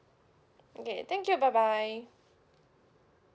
okay thank you bye bye